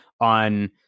on